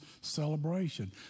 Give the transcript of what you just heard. celebration